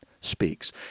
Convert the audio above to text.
speaks